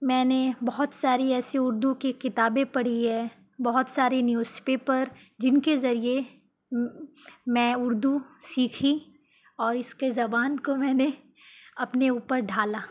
میں نے بہت ساری ایسے اردو کی کتابیں پڑھی ہے بہت ساریے نیوز پیپر جن کے ذریعے میں اردو سیکھی اور اس کے زبان کو میں نے اپنے اوپر ڈھالا